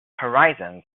horizons